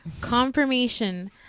confirmation